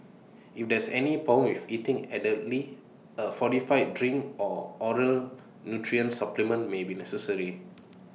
if there is any problem with eating adequately A fortified drink or oral nutrition supplement may be necessary